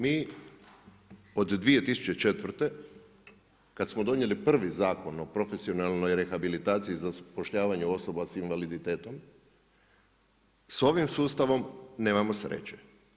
Mi od 2004. kad smo donijeli prvi Zakon o profesionalnoj rehabilitaciji i zapošljavanju osoba sa invaliditetom, s ovim sustavom nemamo sreće.